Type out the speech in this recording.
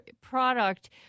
product